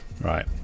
Right